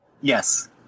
Yes